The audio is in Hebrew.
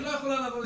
היא לא יכולה לעבור,